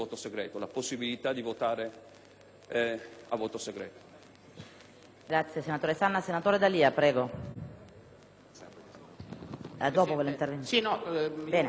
al voto segreto